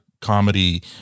comedy